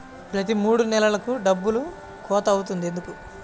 ప్రతి మూడు నెలలకు డబ్బులు కోత అవుతుంది ఎందుకు?